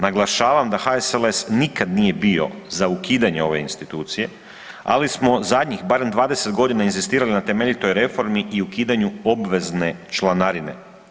Naglašavam da HSLS nikad nije bio za ukidanje ove institucije, ali smo zadnjih barem 20 godina inzistirali na temeljitoj reformi i ukidanju obvezne članarine.